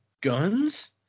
guns